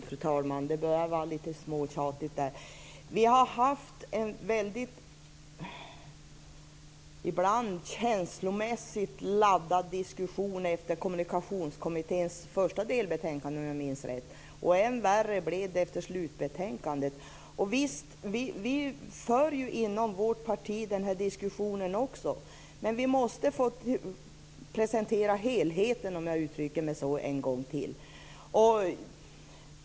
Fru talman! Det börjar bli litet småtjatigt det här. Vi har haft en ibland väldigt känslomässigt laddad diskussion efter Kommunikationskommitténs första delbetänkande, om jag minns rätt. Än värre blev det efter slutbetänkandet. Vi för den här diskussionen inom vårt parti också. Men vi måste presentera helheten, om jag uttrycker mig så en gång till.